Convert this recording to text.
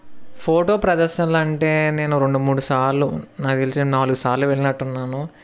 photo ప్రదర్శనలు అంటే నేను రెండు మూడు సార్లు నాకు తెలిసి నాలుగు సార్లు వెళ్ళినట్టు ఉన్నాను